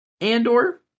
Andor